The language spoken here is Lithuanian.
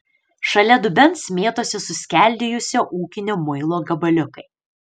šalia dubens mėtosi suskeldėjusio ūkinio muilo gabaliukai